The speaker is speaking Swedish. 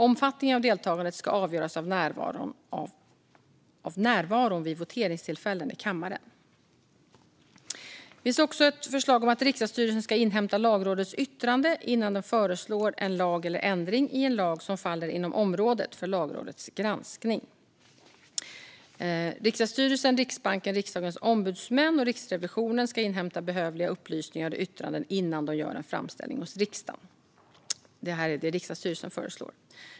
Omfattningen av deltagandet ska avgöras av närvaron vid voteringstillfällen i kammaren. Det finns också ett förslag om att riksdagsstyrelsen ska inhämta Lagrådets yttrande innan den föreslår en lag eller ändring i en lag som faller inom området för Lagrådets granskning. Riksdagsstyrelsen, Riksbanken, Riksdagens ombudsmän och Riksrevisionen ska inhämta behövliga upplysningar och yttranden innan de gör en framställning hos riksdagen. Det här är vad riksdagsstyrelsen föreslår.